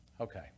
Okay